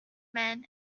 men